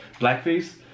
blackface